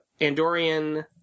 Andorian